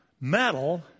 metal